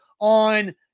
on